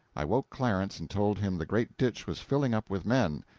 i woke clarence and told him the great ditch was filling up with men,